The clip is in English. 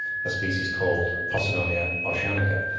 a species called posidonia oceanica,